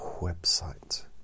website